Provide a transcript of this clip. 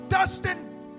Dustin